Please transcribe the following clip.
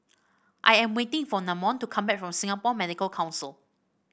I am waiting for Namon to come back from Singapore Medical Council